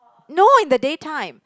no in the day time